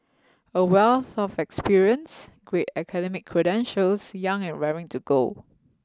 a wealth of experience great academic credentials young and raring to go